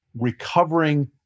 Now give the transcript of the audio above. recovering